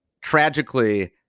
tragically